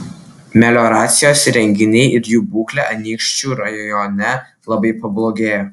melioracijos įrenginiai ir jų būklė anykščių rajone labai pablogėjo